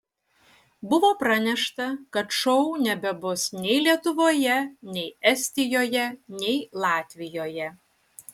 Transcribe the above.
buvo pranešta kad šou nebebus nei lietuvoje nei estijoje nei latvijoje